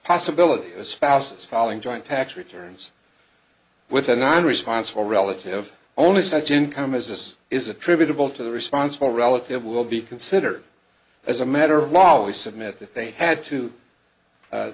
possibility of spouses following joint tax returns with a non response for relative only such income as this is attributable to the responsible relative will be considered as a matter of law we submit that they had to